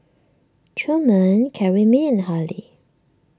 Truman Karyme and Hale